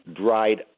dried